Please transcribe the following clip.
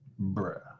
Bruh